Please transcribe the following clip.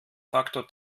faktor